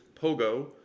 Pogo